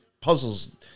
puzzles